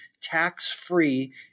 tax-free